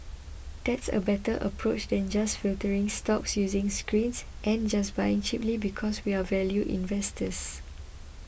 that's a better approach than just filtering stocks using screens and just buying cheaply because we're value investors